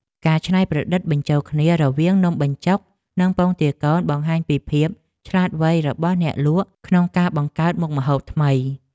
ការច្នៃប្រឌិតបញ្ចូលគ្នារវាងនំបញ្ចុកនិងពងទាកូនបង្ហាញពីភាពឆ្លាតវៃរបស់អ្នកលក់ក្នុងការបង្កើតមុខម្ហូបថ្មី។